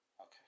Okay